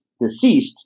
deceased